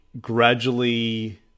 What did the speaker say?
gradually